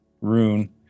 Rune